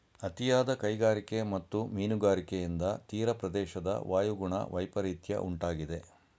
ಅತಿಯಾದ ಕೈಗಾರಿಕೆ ಮತ್ತು ಮೀನುಗಾರಿಕೆಯಿಂದ ತೀರಪ್ರದೇಶದ ವಾಯುಗುಣ ವೈಪರಿತ್ಯ ಉಂಟಾಗಿದೆ